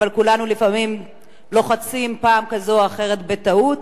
אבל כולנו לפעמים לוחצים פעם כזאת או אחרת בטעות.